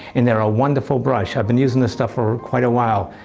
and they're a wonderful brush. i've been using this stuff for quite a while.